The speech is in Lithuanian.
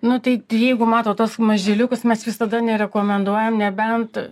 nu tai jeigu matot tuos mažyliukus mes visada nerekomenduojam nebent